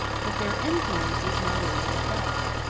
but their influence is more rarely felt.